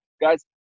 Guys